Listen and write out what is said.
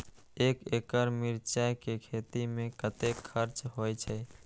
एक एकड़ मिरचाय के खेती में कतेक खर्च होय छै?